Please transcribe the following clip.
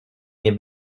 nie